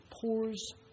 pours